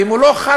ואם הוא לא חל,